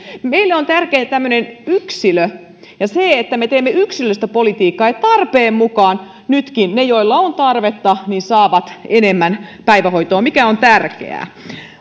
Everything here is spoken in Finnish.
meille on tärkeä tämmöinen yksilö ja se että me teemme yksilöllistä politiikkaa ja tarpeen mukaan nytkin ne joilla on tarvetta saavat enemmän päivähoitoa mikä on tärkeää